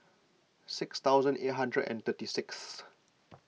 six thousand eight hundred and thirty sixth